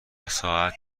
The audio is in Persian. ساعت